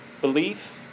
Belief